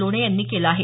लोणे यांनी केलं आहे